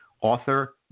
author